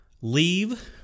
leave